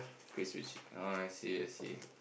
crispy chic~ oh I see I see